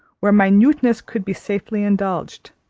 where minuteness could be safely indulged.